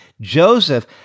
Joseph